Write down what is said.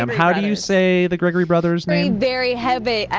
um how do you say the gregory brothers' name? very hebby,